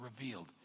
revealed